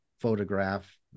photograph